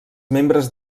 membres